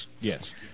Yes